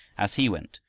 as he went,